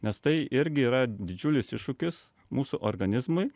nes tai irgi yra didžiulis iššūkis mūsų organizmui